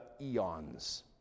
eons